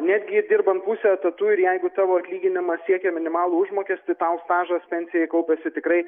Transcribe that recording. netgi dirbant pusę etatu ir jeigu tavo atlyginimas siekia minimalų užmokestį tau stažas pensijai kaupiasi tikrai